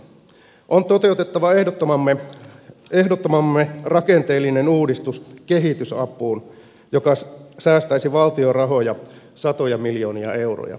on toteutettava ehdottamamme rakenteellinen uudistus kehitysapuun joka säästäisi valtion rahoja satoja miljoonia euroja